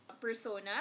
persona